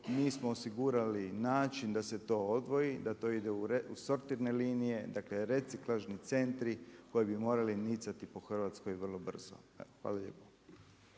nismo osigurali način da se to odvoji, da to ide u sortirne linije, dakle reciklažni centri koji bi morali nicati po Hrvatskoj vrlo brzo. Hvala lijepo.